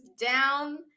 down